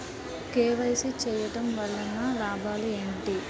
KYC చేయటం వలన లాభాలు ఏమిటి?